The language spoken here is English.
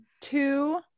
two